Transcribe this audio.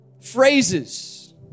phrases